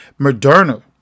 Moderna